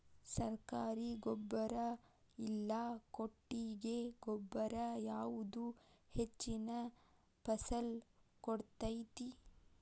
ಸರ್ಕಾರಿ ಗೊಬ್ಬರ ಇಲ್ಲಾ ಕೊಟ್ಟಿಗೆ ಗೊಬ್ಬರ ಯಾವುದು ಹೆಚ್ಚಿನ ಫಸಲ್ ಕೊಡತೈತಿ?